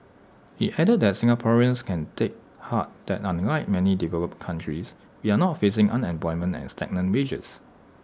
he added that Singaporeans can take heart that unlike many developed countries we are not facing unemployment and stagnant wages